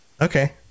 okay